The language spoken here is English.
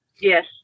Yes